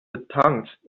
betankt